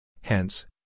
Hence